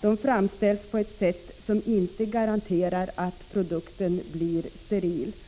De framställs på ett sätt, som inte garanterar att produkten blir steril.